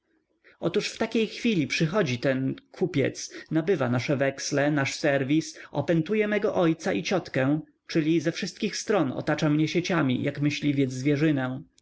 otóż w takiej chwili przychodzi ten kupiec nabywa nasze weksle nasz serwis opętuje mego ojca i ciotkę czyli ze wszystkich stron otacza mnie sieciami jak myśliwiec zwierzynę